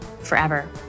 forever